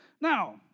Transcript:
Now